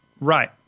Right